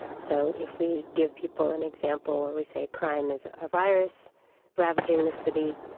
so if we give people an example where we say crime is a virus ravaging the city,